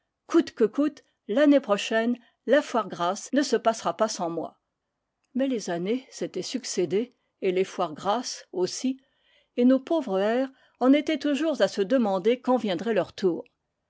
coûte que coûte l'année prochaine la foire grasse ne se passera pas sans moi mais les années s'étaient succédé et les foires grasses aussi et nos pauvres hères en étaient toujours à se demander quand viendrait leur tour